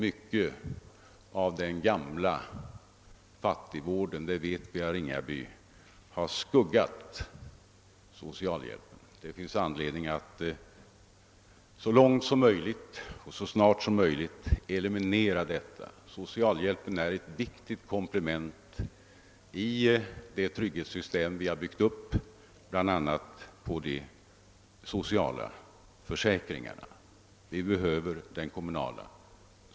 Mycket av den gamla fattigvården har skuggat socialvården, och det finns anledning att så långt som möjligt och så snart som möjligt eliminera den belastningen.